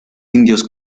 indios